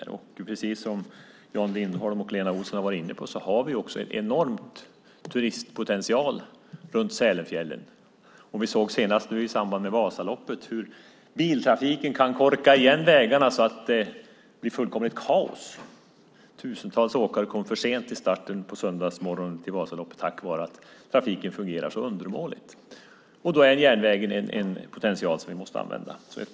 Vi har, som Jan Lindholm och Lena Olsson har varit inne på, en enorm turistpotential runt Sälenfjällen. I samband med Vasaloppet såg vi att biltrafiken kan korka igen vägarna så att det blir kaos. Tusentals åkare kom för sent till Vasaloppsstarten på söndagsmorgonen på grund av att trafiken fungerade så undermåligt. Då är järnvägen en potential som vi måste använda.